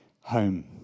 home